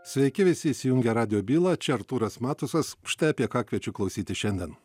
sveiki visi įsijungę radijo bylą čia artūras matusas štai apie ką kviečiu klausyti šiandien